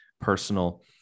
personal